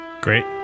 Great